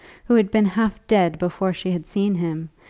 who had been half dead before she had seen him,